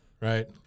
right